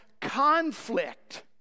conflict